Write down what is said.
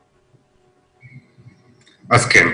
כן.